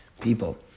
people